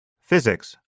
physics